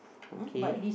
okay